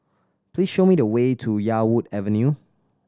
please show me the way to Yarwood Avenue